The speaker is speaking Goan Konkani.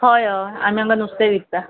हय हय आमी हांगा नुस्तें विकता